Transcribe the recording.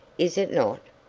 is it not?